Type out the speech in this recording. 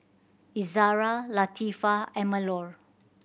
Izzara Latifa and Melur